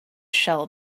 shell